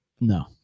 no